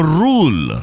rule